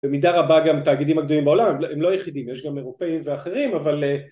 במידה רבה גם תאגידים הגדולים בעולם הם לא יחידים יש גם אירופאים ואחרים אבל